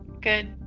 Good